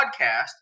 podcast